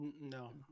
No